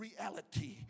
reality